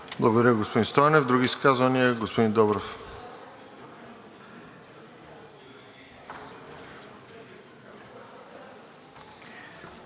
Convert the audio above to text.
Благодаря, господин Стойнев. Други изказвания? Господин Добрев.